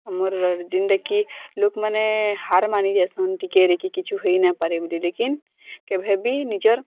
ଆମର ଯେନ୍ତା କି ଲୋକମାନେ ହାର୍ ମାନି ଯାଇସନ୍ ଟିକେରେ କି କିଛି ନ ହୋଇପାରେ ଲେକିନ୍ କେଭେ ବି ନିଜର୍